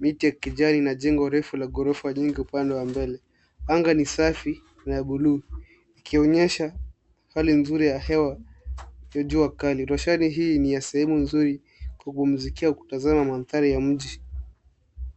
Miti ya kijani na jengo refu la gorofa vimepangwa vizuri. Anga ni safi na wazi, ikionyesha hali nzuri ya hewa. Eneo hilo lina mandhari nzuri na lenye kuvutia